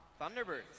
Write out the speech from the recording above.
Thunderbirds